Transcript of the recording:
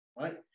right